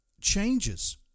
changes